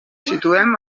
situem